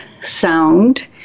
sound